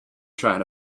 trying